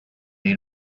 made